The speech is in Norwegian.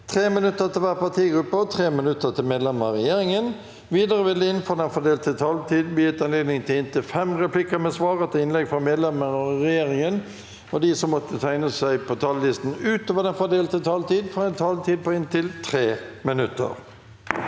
3 minutter til hver partigruppe og 3 minutter til medlemmer av regjeringen. Videre vil det – innenfor den fordelte taletid – bli gitt anledning til inntil fem replikker med svar etter innlegg fra medlemmer av regjeringen, og de som måtte tegne seg på talerlisten utover den fordelte taletid, får også en taletid på inntil 3 minutter.